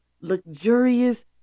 luxurious